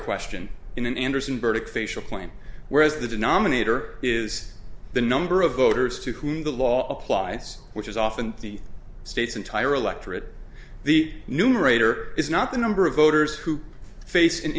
question in an andersen burdick facial plan whereas the denominator is the number of voters to whom the law applies which is often the state's entire electorate the numerator is not the number of voters who face an